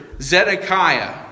Zedekiah